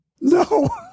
No